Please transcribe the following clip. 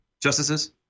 Justices